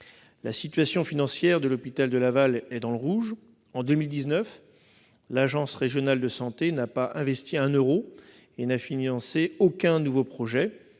La situation financière de l'hôpital de Laval est dans le rouge. En 2019, l'agence régionale de santé, l'ARS, n'a pas investi un euro et n'a financé aucun nouveau projet.